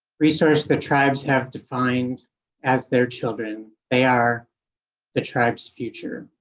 resource the tribes have defined as their children. they are the tribes future.